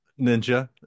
Ninja